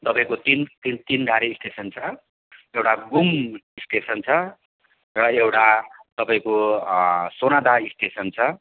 तपाईँको तिन तिनधारे स्टेसन छ एउटा घुम स्टेसन छ र एउटा तपाईँको सोनादा स्टेसन छ